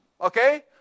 Okay